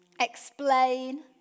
explain